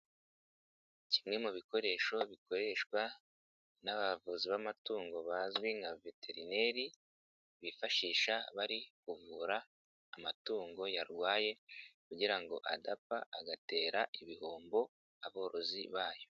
Kimwe mu bikoresho bikoreshwa n'abavuzi b'amatungo bazwi nka Veterineri bifashisha bari kuvura amatungo yarwaye kugira ngo adapfa, agatera ibihombo aborozi bayo.